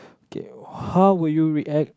okay how would you react